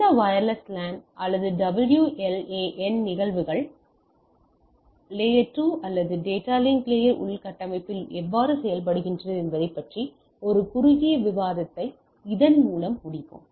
இந்த wireless LAN அல்லது WLAN நிகழ்வுகள் அடுக்கு 2 அல்லது டேட்டா லிங்க் லேயர் உள்கட்டமைப்பில் எவ்வாறு செயல்படுகின்றன என்பதைப் பற்றிய ஒரு குறுகிய விவாதத்தை இதன் மூலம் முடிப்போம்